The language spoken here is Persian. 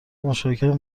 مشارکت